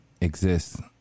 exists